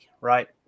right